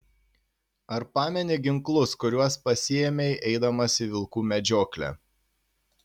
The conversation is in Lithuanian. ar pameni ginklus kuriuos pasiėmei eidamas į vilkų medžioklę